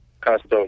custom